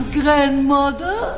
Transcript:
grandmother